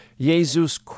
Jesus